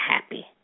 happy